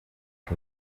que